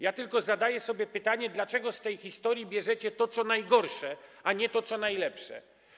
Ja tylko zadaję sobie pytanie: Dlaczego z tej historii bierzecie to, co najgorsze, a nie to, co najlepsze?